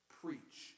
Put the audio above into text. preach